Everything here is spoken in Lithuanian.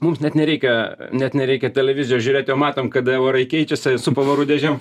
mums net nereikia net nereikia televizijos žiūrėti jau matom kada orai keičiasi su pavarų dėžėm